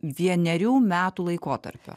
vienerių metų laikotarpio